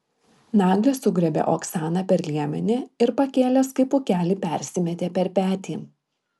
naglis sugriebė oksaną per liemenį ir pakėlęs kaip pūkelį persimetė per petį